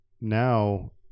now